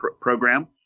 program